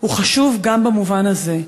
חשוב גם במובן הזה.